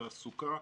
תעסוקה.